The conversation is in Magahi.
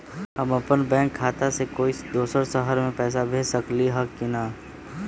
हम अपन बैंक खाता से कोई दोसर शहर में पैसा भेज सकली ह की न?